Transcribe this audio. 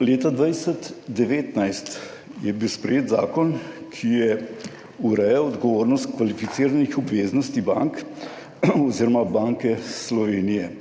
Leta 2019 je bil sprejet zakon, ki je urejal odgovornost kvalificiranih obveznosti bank oziroma Banke Slovenije.